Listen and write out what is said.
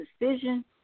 decision